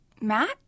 Matt